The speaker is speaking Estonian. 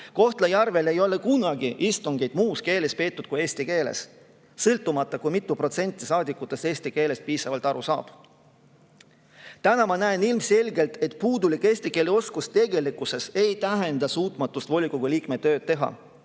Kohtla-Järvel ei ole kunagi istungeid peetud muus keeles kui eesti keeles, sõltumata sellest, mitu protsenti saadikutest eesti keelest piisavalt aru saab. Täna ma näen selgelt, et puudulik eesti keele oskus tegelikkuses ei tähenda suutmatust volikogu liikme tööd teha.